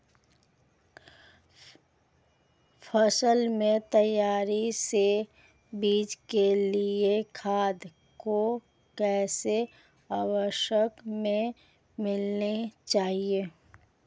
फसल में तेज़ी से वृद्धि के लिए खाद को किस अवस्था में मिलाना चाहिए?